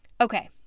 Okay